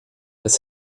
das